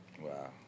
Wow